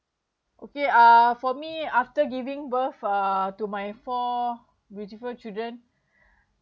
okay uh for me after giving birth uh to my four beautiful children